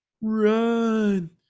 run